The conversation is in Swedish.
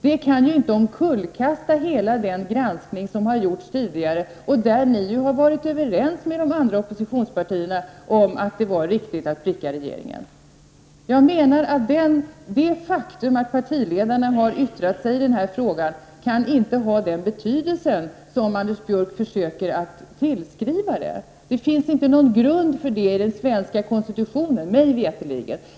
Det kan ju inte omkullkasta hela den granskning som har gjorts tidigare och där ni har varit överens med de andra oppositionspartierna om att det var riktigt att pricka regeringen. Det faktum att partiledarna har yttrat sig i frågan kan inte ha den betydelse som Anders Björck försöker att tillskriva det. Det finns inte någon grund för det i den svenska konstitutionen mig veterligt.